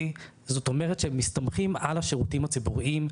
וזאת אומרת שהם מסתמכים על השירותים הציבוריים,